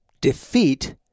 defeat